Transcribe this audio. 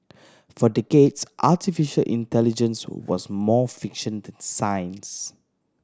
for decades artificial intelligence was more fiction than science